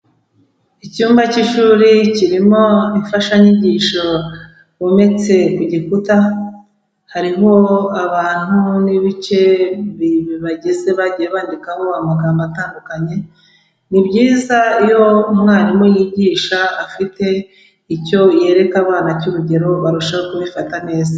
Icyumba k'ishuri kirimo imfashanyigisho bometse ku gikuta harimo abantu n'ibice bibagize bagiye bandikaho amagambo atandukanye. Ni byiza iyo umwarimu yigisha afite icyo yereka abana cy'urugero barushaho kubifata neza.